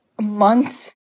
months